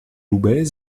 loubet